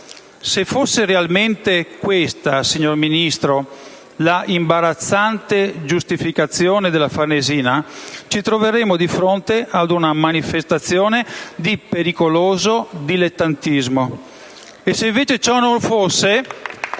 Se fosse realmente questa, signor Ministro, l'imbarazzante giustificazione della Farnesina, ci troveremmo di fronte ad una manifestazione di pericoloso dilettantismo. *(Applausi dai Gruppi